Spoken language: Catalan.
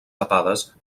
tapades